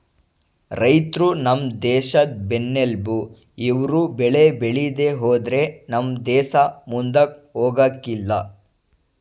ರೈತ್ರು ನಮ್ ದೇಶದ್ ಬೆನ್ನೆಲ್ಬು ಇವ್ರು ಬೆಳೆ ಬೇಳಿದೆ ಹೋದ್ರೆ ನಮ್ ದೇಸ ಮುಂದಕ್ ಹೋಗಕಿಲ್ಲ